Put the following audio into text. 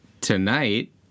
tonight